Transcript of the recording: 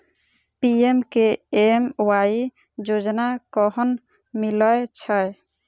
PMKMY योजना कखन मिलय छै?